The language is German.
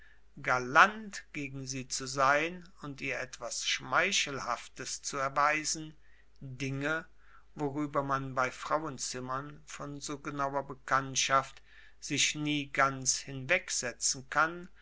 galant gegen sie zu sein und ihr etwas schmeichelhaftes zu erweisen dinge worüber man bei frauenzimmern von so genauer bekanntschaft sich nie ganz hinwegsetzen kann